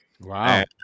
Wow